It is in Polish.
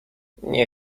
nie